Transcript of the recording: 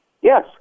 Yes